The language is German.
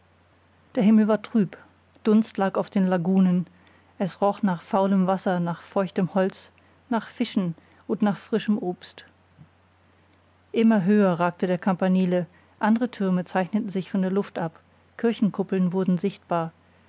der himmel war trüb dunst lag auf den lagunen es roch nach faulem wasser nach feuchtem holz nach fischen und nach frischem obst immer höher ragte der campanile andre türme zeichneten sich in der luft ab kirchenkuppeln wurden sichtbar